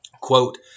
Quote